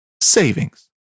savings